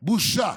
בושה.